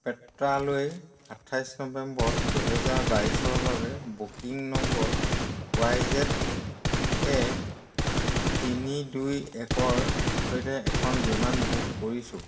পেট্ৰালৈ আঠাইছ নৱেম্বৰ দুই হাজাৰ বাইছৰ বাবে booking number Y Z A তিনি দুই একৰ সৈতে এখন বিমান বুক কৰিছোঁ